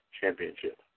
Championship